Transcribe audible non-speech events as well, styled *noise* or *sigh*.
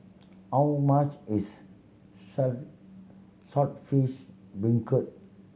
how much is *unintelligible* Saltish Beancurd